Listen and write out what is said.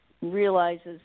Realizes